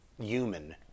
human